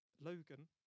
Logan